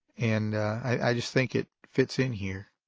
and i just think it fits in here.